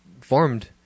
formed